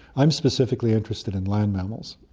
i'm specifically interested in land mammals.